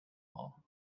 all